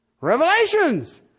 Revelations